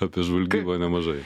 apie žvalgybą nemažai